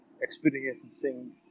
experiencing